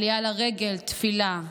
עלייה לרגל, תפילה,